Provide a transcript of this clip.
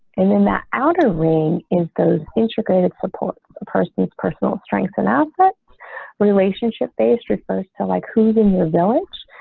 and then that outer ring is those integrated support a person's personal strengths and assets relationship based refers to, like, who's in your village.